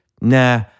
Nah